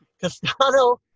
Castano